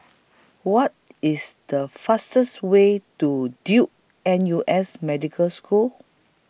What IS The fastest Way to Duke N U S Medical School